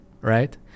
Right